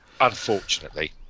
unfortunately